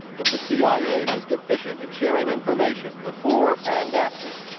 that the cia was deficient in sharing information before and after,